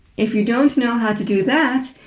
if you don't know how to do that,